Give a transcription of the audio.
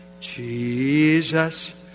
Jesus